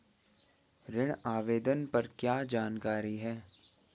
ऋण आवेदन पर क्या जानकारी है?